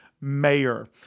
mayor